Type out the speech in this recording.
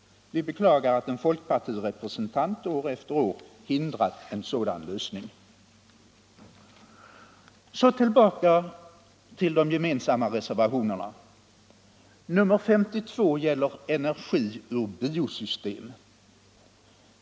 Vi beklagar att en folkpartirepresentant år efter år har hindrat en sådan lösning. Så tillbaka till de gemensamma reservationerna. Reservationen 52 gäller energi ur biosystem.